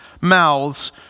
mouths